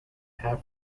half